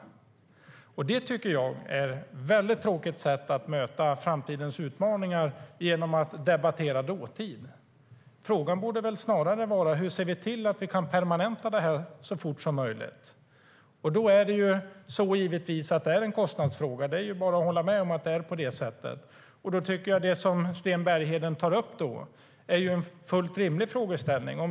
Att debattera dåtid tycker jag är ett tråkigt sätt att möta framtidens utmaningar.Frågan borde väl snarare vara hur vi ser till att vi kan permanenta det här så fort som möjligt. Givetvis är det en kostnadsfråga; det är bara att hålla med. Och då tycker jag att det som Sten Bergheden tar upp är en fullt rimlig frågeställning.